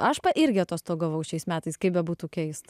aš irgi atostogavau šiais metais kaip bebūtų keista